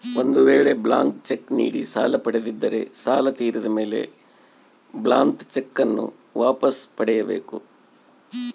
ಒಂದು ವೇಳೆ blank cheque ನೀಡಿ ಸಾಲ ಪಡೆದಿದ್ದರೆ ಸಾಲ ತೀರಿದ ಮೇಲೆ ಬ್ಲಾಂತ್ ಚೆಕ್ ನ್ನು ವಾಪಸ್ ಪಡೆಯ ಬೇಕು